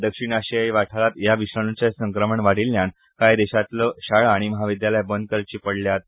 दक्षिण आशियाई वाठारात ह्या विषाणूचे संक्रमण वाडील्ल्यान कांय देशातल्यो शाळा आनी महाविद्यालयां बंद करची पडल्यात